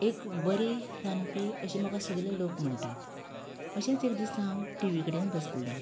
एक बरी रांदपी अशी म्हाका सगलें लोक म्हणटात अशेंच एक दीस हांव टिवी कडेन बशिल्ले